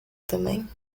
também